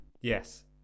Yes